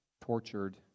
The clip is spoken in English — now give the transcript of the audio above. tortured